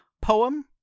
poem